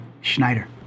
Schneider